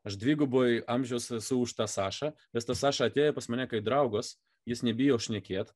aš dvigubai amžiaus esu už tą sašą nes tas saša atėjo pas mane kaip draugas jis nebijo šnekėt